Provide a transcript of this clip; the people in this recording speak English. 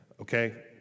okay